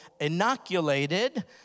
inoculated